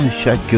chaque